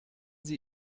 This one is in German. sie